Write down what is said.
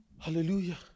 hallelujah